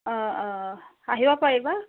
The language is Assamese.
অঁ অঁ আহিব পাৰিব